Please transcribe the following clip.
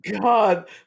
god